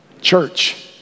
Church